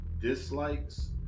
dislikes